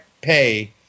pay